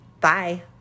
Bye